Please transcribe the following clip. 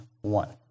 one